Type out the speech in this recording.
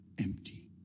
Empty